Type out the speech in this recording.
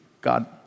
God